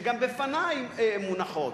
שגם בפני מונחות,